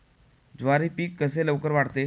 ज्वारी पीक कसे लवकर वाढते?